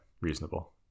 reasonable